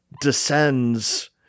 descends